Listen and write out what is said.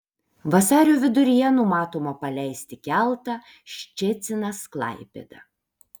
vasario viduryje numatoma paleisti keltą ščecinas klaipėda